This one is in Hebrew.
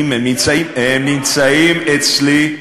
יודעים, הם נמצאים אצלי.